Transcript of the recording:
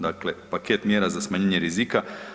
Dakle paket mjera za smanjenje rizika.